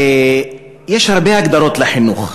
יש הרבה הגדרות לחינוך,